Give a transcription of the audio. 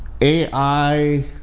AI